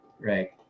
right